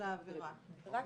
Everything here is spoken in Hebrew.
סליחה,